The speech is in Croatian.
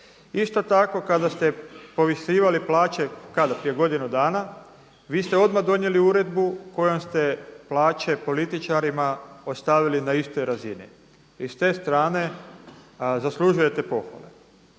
Isto tako kada ste povisivali plaće, kada, prije godinu dana, vi ste odmah donijeli uredbu kojom ste plaće političarima ostavili na istoj razini. I s te strane zaslužujete pohvale.